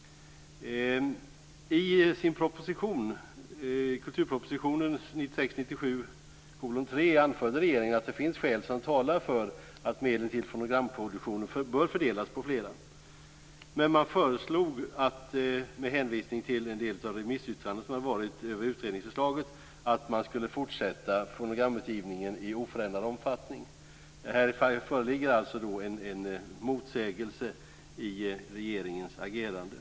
I sin kulturproposition 1996/97:3 anförde regeringen att det finns skäl som talar för att medel till fonomgramproduktion bör fördelas på fler, men man föreslog med hänvisning till en del remissyttranden över utredningsförslaget att fonogramutgivningen skulle fortsätta i oförändrad omfattning. Här föreligger en motsägelse i regeringens agerande.